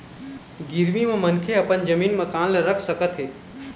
गिरवी म मनखे ह अपन जमीन, मकान ल रख सकत हे